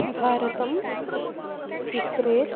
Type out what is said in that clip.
भारतम् इस्रेल्